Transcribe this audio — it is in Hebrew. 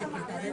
ההקדמה.